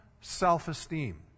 self-esteem